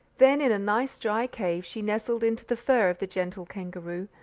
then in a nice dry cave she nestled into the fur of the gentle kangaroo,